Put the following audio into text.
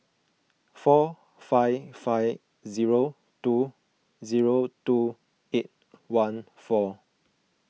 four five five zero two zero two eight one four